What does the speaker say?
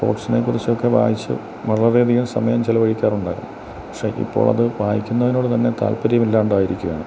സ്പോർട്സിനെ കുറിച്ചുമൊക്കെ വായിച്ച് വളരെയധികം സമയം ചെലവഴിക്കാറുണ്ടായിരുന്നു പക്ഷേ ഇപ്പോള് അത് വായിക്കുന്നതിനോട് തന്നെ താല്പര്യം ഇല്ലാണ്ട് ആയിരിക്കയാണ്